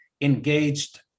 engaged